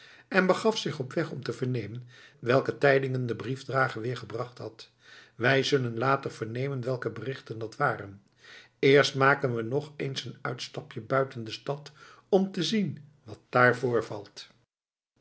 en begaf zich op weg om te vernemen welke tijdingen de briefdrager weer gebracht had wij zullen later vernemen welke berichten dat waren eerst maken we nog eens een uitstapje buiten de stad om te zien wat daar